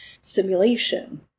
simulation